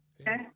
okay